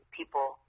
people